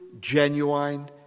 genuine